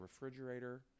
refrigerator